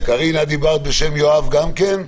קארין, את דיברת בשם יואב גם כן?